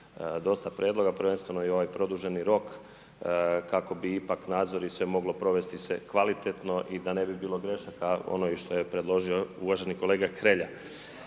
dosta prijedloga, prvenstveno i ovaj produženi rok, kako bi ipak, nadzori se moglo provesti se kvalitetno i da ne bi bilo grešaka ono što je predložio uvaženi kolega Hrelja.